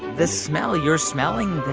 the smell you're smelling,